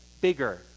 bigger